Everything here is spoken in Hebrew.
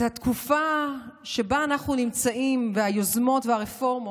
את התקופה שבה אנחנו נמצאים, והיוזמות והרפורמות,